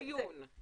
זו שאלה לדיון.